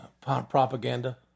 propaganda